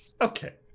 okay